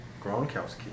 Gronkowski